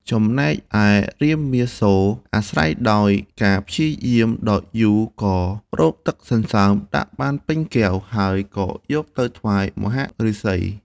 ចំណែកឯរាមមាសូរ អាស្រ័យដោយការព្យាយាមដ៏យូរក៏រកទឹកសន្សើមដាក់បានពេញកែវ ហើយក៏យកទៅថ្វាយមហាឫសី។